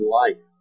life